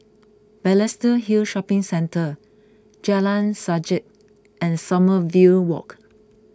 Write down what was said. Balestier Hill Shopping Centre Jalan Sajak and Sommerville Walk